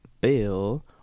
bill